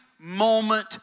moment